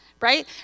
right